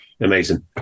Amazing